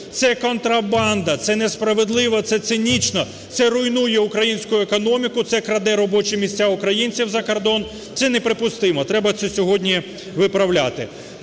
Це контрабанда, це несправедливо, це цинічно, це руйнує українську економіку, це краде робочі місця українців за кордон, це неприпустимо. Треба це сьогодні виправляти.